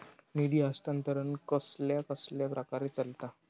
निधी हस्तांतरण कसल्या कसल्या प्रकारे चलता?